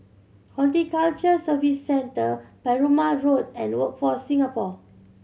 Horticulture Services Centre Perumal Road and Workforce Singapore